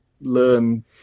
learn